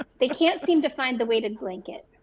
they can't seem to find the way to blanket